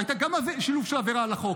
והיה שם שילוב של עבירה על החוק,